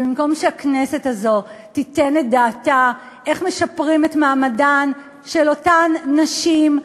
ובמקום שהכנסת הזו תיתן את דעתה איך משפרים את מעמדן של אותן נשים,